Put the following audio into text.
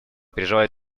переживают